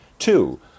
Two